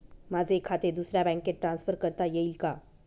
माझे खाते दुसऱ्या बँकेत ट्रान्सफर करता येईल का?